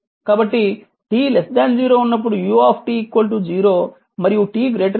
కాబట్టి t 0 ఉన్నప్పుడు u 0 మరియు t 0 ఉన్నప్పుడు u 1